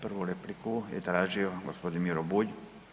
Prvu repliku je tražio gospodin Miro Bulj.